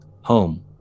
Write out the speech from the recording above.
Home